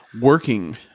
working